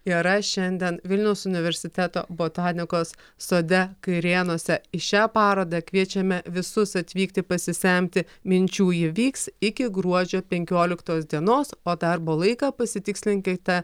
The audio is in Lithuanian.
yra šiandien vilniaus universiteto botanikos sode kairėnuose į šią parodą kviečiame visus atvykti pasisemti minčių ji vyks iki gruodžio penkioliktos dienos o darbo laiką pasitikslinkite